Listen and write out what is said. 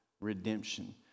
redemption